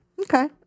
Okay